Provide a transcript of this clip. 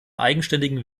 eigenständigen